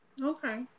Okay